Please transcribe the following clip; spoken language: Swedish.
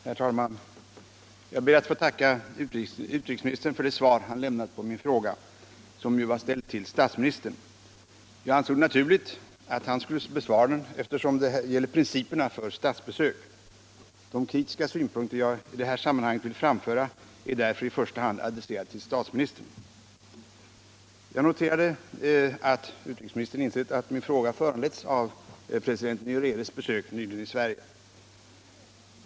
Herr talman! Jag ber att få tacka utrikesministern för det svar han lämnat på min fråga, som var ställd till statsministern. Jag ansåg det naturligt att han skulle besvara den, eftersom det gäller principerna för statsbesök. De kritiska synpunkter jag i det här sammanhanget vill framföra är därför i första hand adresserade till statsministern. Jag noterade att utrikesministern insett att min fråga föranletts av president Nyereres besök nyligen i Sverige.